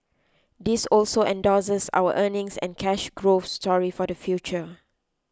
this also endorses our earnings and cash growth story for the future